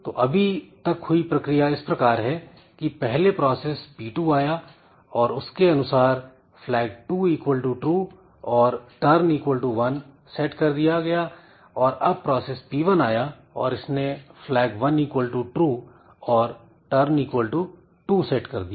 तो अभी तक हुई प्रक्रिया इस प्रकार है कि पहले प्रोसेस P2 आया और इसके अनुसार flag2 true और turn 1 सेट कर दिया गया और अब प्रोसेस P1 आया और इसने flag1 true और turn 2 सेट कर दिया